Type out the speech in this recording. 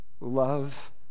love